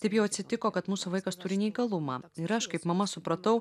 stebėjo atsitiko kad mūsų vaikas turi neįgalumą ir aš kaip mama supratau